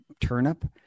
turnip